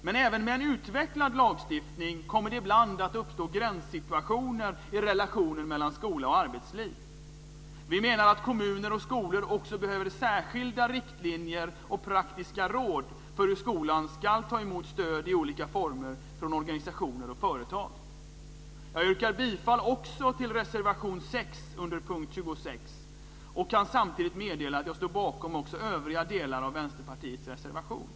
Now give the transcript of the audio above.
Men även med en utvecklad lagstiftning kommer det ibland att uppstå gränssituationer i relationen mellan skola och arbetsliv. Vi menar att kommuner och skolor också behöver särskilda riktlinjer och praktiska råd för hur skolan ska ta emot stöd i olika former från organisationer och företag. Jag yrkar också bifall till reservation 6 under punkt 26, och jag kan samtidigt meddela att jag står bakom också övriga delar av Vänsterpartiets reservation.